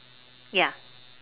ya